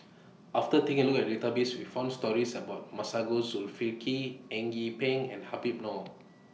after taking A Look At The Database We found stories about Masagos Zulkifli Eng Yee Peng and Habib Noh